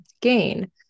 gain